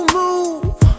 move